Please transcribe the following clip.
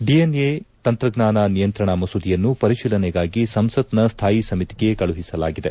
DNA ತಂತ್ರಜ್ಞಾನ ನಿಯಂತ್ರಣ ಮಸೂದೆಯನ್ನು ಪರಿಶೀಲನೆಗಾಗಿ ಸಂಸತ್ನ ಸ್ಥಾಯಿ ಸಮಿತಿಗೆ ಕಳುಹಿಸಲಾಗಿದೆ